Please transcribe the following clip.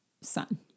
son